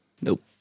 Nope